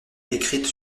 écrites